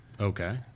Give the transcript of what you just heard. Okay